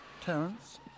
Terence